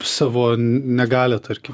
savo n negalią tarkim